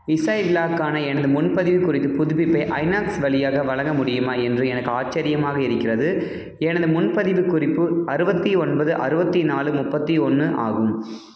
இசை விழாக்கான எனது முன்பதிவு குறித்த புதுப்பிப்பை ஐநாக்ஸ் வழியாக வழங்க முடியுமா என்று எனக்கு ஆச்சரியமாக இருக்கிறது எனது முன்பதிவு குறிப்பு அறுபத்தி ஒன்பது அறுபத்தி நாலு முப்பத்தி ஒன்று ஆகும்